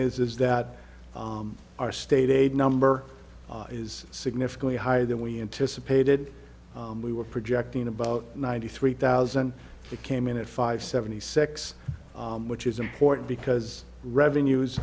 is is that our state aid number is significantly higher than we anticipated we were projecting about ninety three thousand that came in at five seventy six which is important because revenues